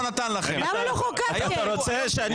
למה לא חוקקתם?